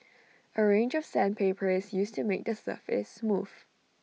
A range of sandpaper is used to make the surface smooth